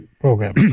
program